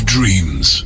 Dreams